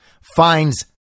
finds